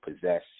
possess